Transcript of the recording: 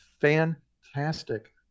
fantastic